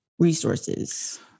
resources